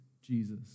Jesus